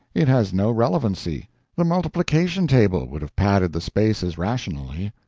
it has no relevancy the multiplication table would have padded the space as rationally.